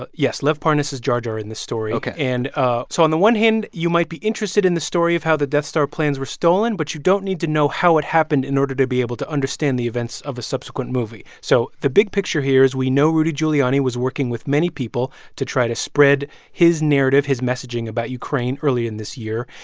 but yes, lev parnas is jar jar in this story ok and ah so on the one hand, hand, you might be interested in the story of how the death star plans were stolen, but you don't need to know how it happened in order to be able to understand the events of a subsequent movie. so the big picture here is we know rudy giuliani was working with many people to try to spread his narrative, his messaging about ukraine early in this year.